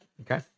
okay